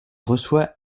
reçoit